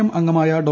M അംഗമായ ഡോ